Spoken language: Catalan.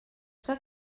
que